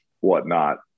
whatnot